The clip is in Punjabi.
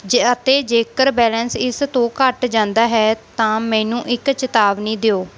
ਜ ਅਤੇ ਜੇਕਰ ਬੈਲੇਂਸ ਇਸ ਤੋਂ ਘੱਟ ਜਾਂਦਾ ਹੈ ਤਾਂ ਮੈਨੂੰ ਇੱਕ ਚੇਤਾਵਨੀ ਦਿਓ